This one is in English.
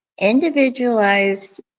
individualized